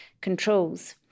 controls